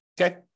Okay